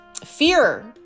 fear